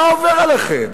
מה עובר עליכם?